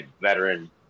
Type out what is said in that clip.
veteran